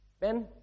Ben